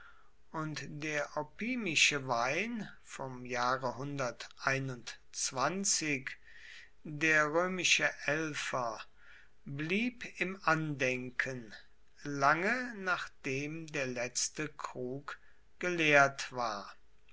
und der opimische wein vom jahre der römische elfer blieb im andenken lange nachdem der letzte krug geleert war